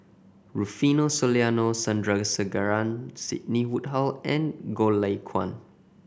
Rufino Soliano Sandrasegaran Sidney Woodhull and Goh Lay Kuan